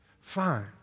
Fine